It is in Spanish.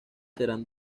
serán